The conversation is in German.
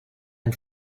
ein